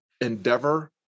endeavor